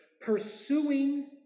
pursuing